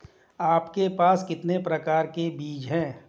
आपके पास कितने प्रकार के बीज हैं?